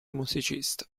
musicista